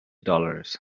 dollars